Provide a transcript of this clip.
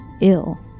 ill